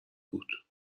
بود